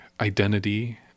identity